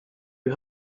you